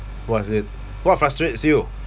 what is it what frustrates you